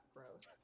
Gross